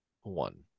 one